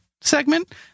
segment